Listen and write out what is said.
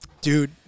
Dude